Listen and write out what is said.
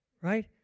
right